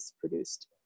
produced